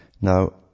Now